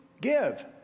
give